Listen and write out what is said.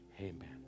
amen